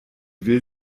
will